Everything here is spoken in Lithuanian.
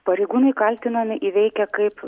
pareigūnai kaltinami įveikę kaip